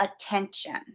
attention